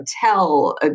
tell